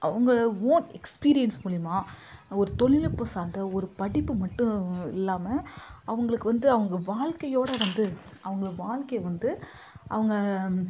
அவங்க own experience மூலிமா ஒரு தொழில்நுட்பம் சார்ந்த ஒரு படிப்பு மட்டும் இல்லாமல் அவர்களுக்கு வந்து அவங்க வாழ்க்கையோடய வந்து அவங்க வாழ்க்கையை வந்து அவங்க